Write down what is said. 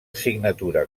signatura